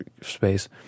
Space